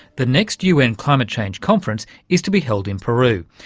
the next un climate change conference is to be held in peru,